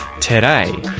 today